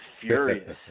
furious